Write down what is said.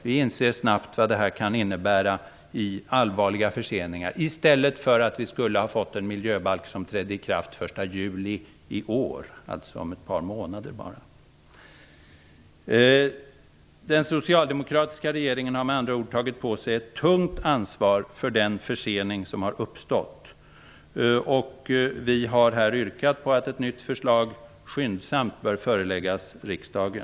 Vi inser snabbt vad det kan innebära i form av allvarliga förseningar i stället för att få en miljöbalk som träder i kraft den 1 juli i år, dvs. om bara ett par månader. Den socialdemokratiska regeringen har med andra ord tagit på sig ett tungt ansvar för den försening som har uppstått. Vi har yrkat att ett nytt förslag skyndsamt bör föreläggas riksdagen.